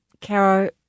Caro